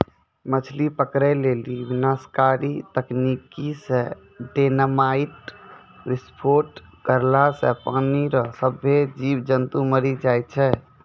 मछली पकड़ै लेली विनाशकारी तकनीकी से डेनामाईट विस्फोट करला से पानी रो सभ्भे जीब जन्तु मरी जाय छै